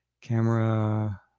camera